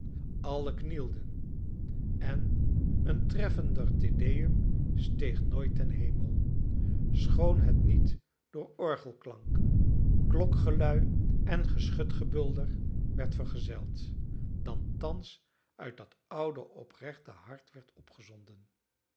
allen knielden en een treffender te deum steeg nooit ten hemel schoon het niet door orgelklank klokgelui en geschutgebulder werd vergezeld dan thans uit dat oude oprechte hart werd opgezonden